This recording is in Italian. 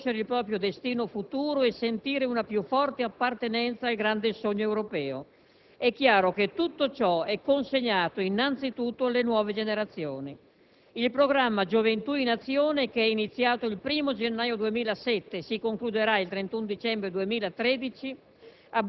attendono il completamento del Trattato costituzionale. Qui i popoli dell'Europa possono riconoscere il proprio destino futuro e sentire una più forte appartenenza al grande sogno europeo. È chiaro che tutto ciò è consegnato innanzi tutto alle nuove generazioni.